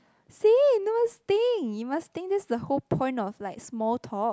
see no things you must think this the whole point of like small talk